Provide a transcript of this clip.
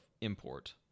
import